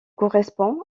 correspond